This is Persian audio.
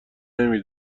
نمی